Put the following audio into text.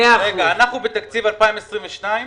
אנחנו בתקציב 2022,